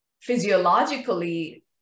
physiologically